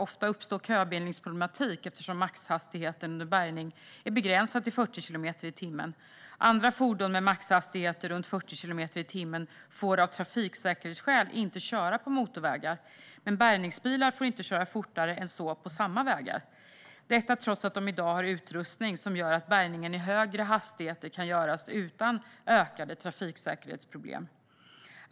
Ofta uppstår köbildningsproblematik, eftersom maxhastigheten under bärgning är begränsad till 40 kilometer i timmen. Andra fordon med maxhastigheter runt 40 kilometer i timmen får av trafiksäkerhetsskäl inte köra på motorvägar, men bärgningsbilar får inte köra fortare än så på samma vägar - detta trots att de i dag har utrustning som gör att bärgning i högre hastigheter kan göras utan ökade trafiksäkerhetsproblem.